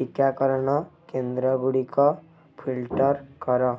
ଟୀକାକରଣ କେନ୍ଦ୍ରଗୁଡ଼ିକ ଫିଲ୍ଟର୍ କର